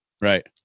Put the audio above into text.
Right